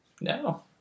No